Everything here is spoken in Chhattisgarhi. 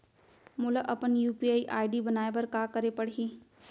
मोला अपन यू.पी.आई आई.डी बनाए बर का करे पड़ही?